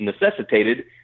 necessitated